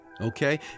Okay